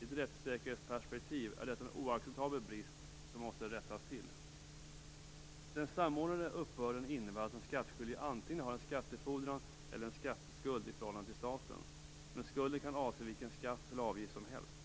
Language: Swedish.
I ett rättssäkerhetsperspektiv är detta en oacceptabel brist som måste rättas till. Den samordnade uppbörden innebär att den skattskyldige antingen har en skattefordran eller en skatteskuld i förhållande till staten, men skulden kan avse vilken skatt eller avgift som helst.